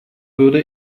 würde